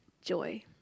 Joy